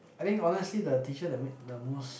I think honestly the teacher that make the most